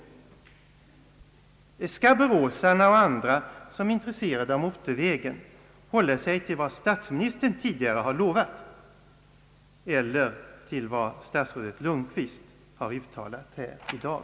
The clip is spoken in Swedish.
Skall boråsarna och andra som är intresserade av motorvägen hålla sig till vad statsministern tidigare har lovat eller till vad statsrådet Lundkvist har uttalat här i dag?